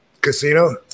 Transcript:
casino